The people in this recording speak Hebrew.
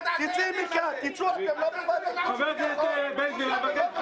תצאי מכאן, תצאו, אתם לא בוועדת החוץ והביטחון.